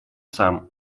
сам